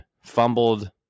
fumbled